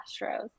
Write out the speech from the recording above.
Astros